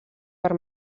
per